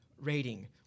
rating